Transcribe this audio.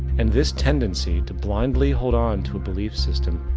and this tendency to blindly hold on to a belief system,